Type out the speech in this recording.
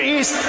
East